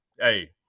Hey